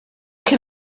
can